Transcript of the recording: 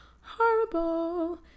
Horrible